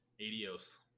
Adios